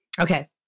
Okay